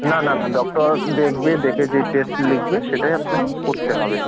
না না না ডক্টর দেখবে দেখে যেই টেস্ট লিখবে সেটাই আপনাকে করতে হবে